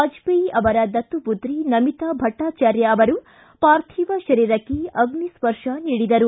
ವಾಜಪೇಯಿ ಅವರ ದತ್ತು ಪುತ್ರಿ ನಮೀತಾ ಭಟ್ಟಾಚಾರ್ಯ ಅವರು ಪಾರ್ಥಿವ ಶರೀರಕ್ಕೆ ಅಗ್ನಿ ಸ್ಪರ್ಶ ನೀಡಿದರು